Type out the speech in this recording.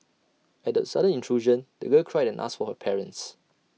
at the sudden intrusion the girl cried and asked for her parents